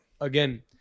again